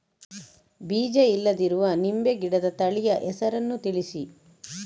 ಬೀಜ ಇಲ್ಲದಿರುವ ನಿಂಬೆ ಗಿಡದ ತಳಿಯ ಹೆಸರನ್ನು ತಿಳಿಸಿ?